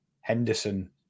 Henderson